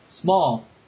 small